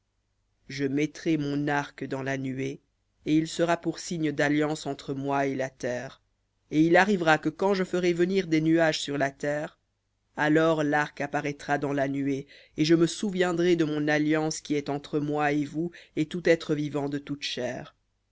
je mettrai mon arc dans la nuée et il sera pour signe d'alliance entre moi et la terre et il arrivera que quand je ferai venir des nuages sur la terre alors l'arc apparaîtra dans la nuée et je me souviendrai de mon alliance qui est entre moi et vous et tout être vivant de toute chair